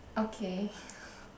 okay